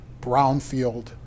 brownfield